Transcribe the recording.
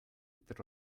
mit